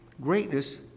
Greatness